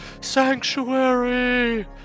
Sanctuary